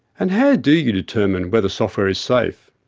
and how do you determine whether software is safe?